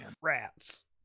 Rats